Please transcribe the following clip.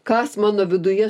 kas mano viduje